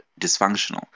dysfunctional